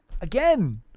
Again